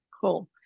Cool